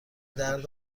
درد